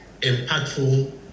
impactful